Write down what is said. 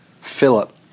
Philip